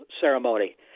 ceremony